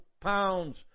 pounds